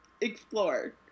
explore